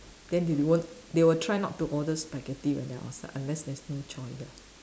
then they won't they will try not to order spaghetti when they're outside unless there's no choice